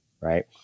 right